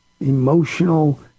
emotional